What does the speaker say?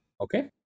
Okay